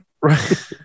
right